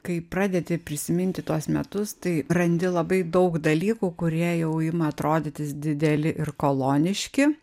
kai pradedi prisiminti tuos metus tai randi labai daug dalykų kurie jau ima atrodytis dideli ir koloniški